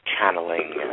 channeling